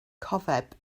cofeb